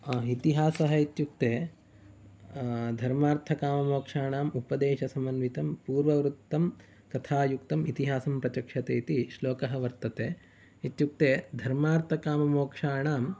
इतिहासः इत्युक्ते धर्मार्थकाममोक्षाणाम् उपदेशसमन्वितं पूर्ववृतं कथायुक्तम् इतिहासं प्रचक्षते इति श्लोकः वर्तते इत्युक्ते धर्मार्थकाममोक्षाणां